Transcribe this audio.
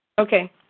Okay